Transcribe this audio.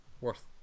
worth